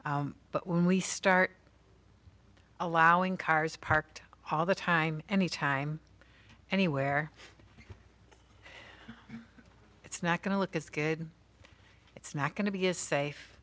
but when we start allowing cars parked all the time any time anywhere it's not going to look as good it's not going to be as safe